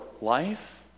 life